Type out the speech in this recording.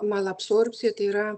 malabsorbcija tai yra